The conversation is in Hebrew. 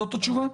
זו התשובה?